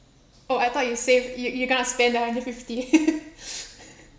oh I thought you saved you you're going to spend the hundred fifty